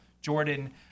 Jordan